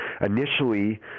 initially